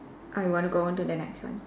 I want go on to the next one